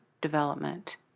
development